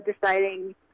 deciding